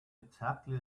exactly